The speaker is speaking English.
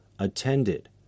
attended